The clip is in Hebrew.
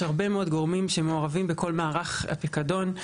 יש הרבה מאוד גורמים שמעורבים בכל מהלך הפיקדון.